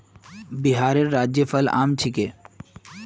बिहारेर राज्य फल आम छिके